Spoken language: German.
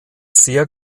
sehr